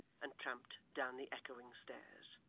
and tramped down the echoing stairs.